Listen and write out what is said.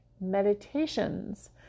meditations